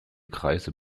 kreise